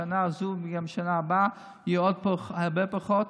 בשנה הזו וגם בשנה הבאה יהיה עוד הרבה פחות.